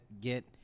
get